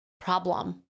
problem